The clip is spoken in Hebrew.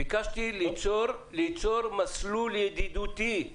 ביקשתי ליצור מסלול ידידותי.